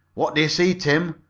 what do you see, tim?